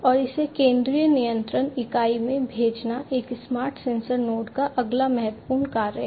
और इसे केंद्रीय नियंत्रण इकाई में भेजना एक स्मार्ट सेंसर नोड का अगला महत्वपूर्ण कार्य है